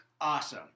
awesome